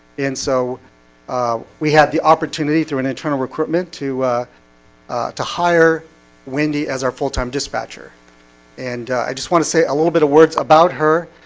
and so we had the opportunity through an internal recruitment to to hire wendy as our full-time dispatcher and i just want to say a little bit of words about her